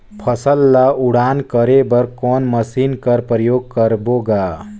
फसल ल उड़ान करे बर कोन मशीन कर प्रयोग करबो ग?